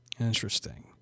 Interesting